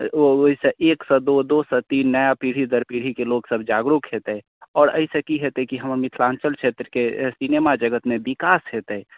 ओ ओहिसँ एक सँ दू दू सँ तीन नया पीढ़ी दर पीढ़ीकेँ लोक सभ जागरूक होयतै आओर एहिसँ की होयतै कि हमर मिथिलाञ्चल छेत्रके सिनेमा जगतमे विकास होयतै